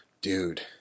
Dude